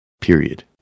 period